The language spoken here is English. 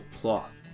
cloth